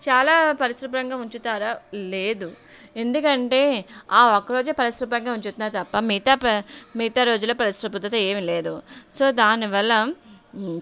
చాలా పరిశుభ్రంగా ఉంచుతారా లేదు ఎందుకంటే ఆ ఒక్కరోజు పరిశుభ్రంగా ఉంచుతున్నారు తప్ప మిగతా ప మిగతా రోజులలో పరిశుభ్రత ఏమి లేదు సో దానివల్ల